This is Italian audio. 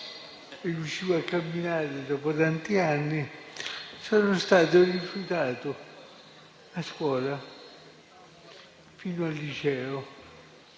riuscivo a camminare dopo tanti anni, ma sono stato rifiutato a scuola fino al liceo